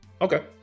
Okay